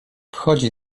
wchodzi